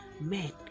Men